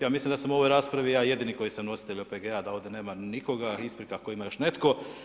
Ja mislim da sam u ovoj raspravi ja jedini koji sam nositelj OPG-a da ovdje nema nikoga, isprika ako ima još netko.